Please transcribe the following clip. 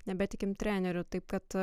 nebetikim treneriu taip kad